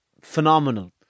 phenomenal